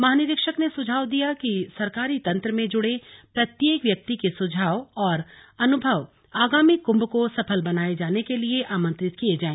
महानिरीक्षक ने सुझाव दिया कि सरकारी तंत्र में जुड़े प्रत्येक व्यक्ति के सुझाव और अनुभव आगामी कुम्भ को सफल बनाये जाने के लिए आमंत्रित किये जाए